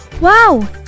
Wow